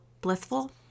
blissful